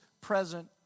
present